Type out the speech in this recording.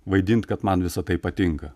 vaidint kad man visa tai patinka